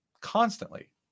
Constantly